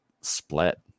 split